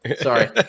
Sorry